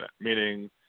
meaning